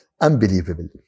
unbelievable